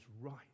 right